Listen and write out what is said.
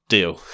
Deal